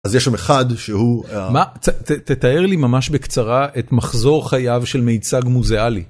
אז יש שם אחד שהוא מה... תתאר לי ממש בקצרה את מחזור חייו של מייצג מוזיאלי.